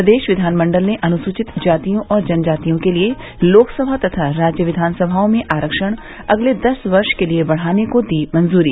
प्रदेश विधानमंडल ने अनुसूचित जातियों और जनजातियों के लिए लोकसभा तथा राज्य विधानसभाओं में आरक्षण अगले दस वर्ष के लिए बढ़ाने को दी मंजूरी